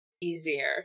easier